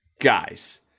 guys